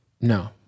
No